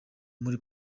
muri